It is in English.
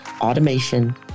automation